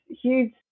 huge